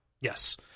Yes